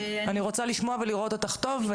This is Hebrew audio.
אני רוצה לשמוע ולראות אותך טוב.